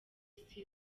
isi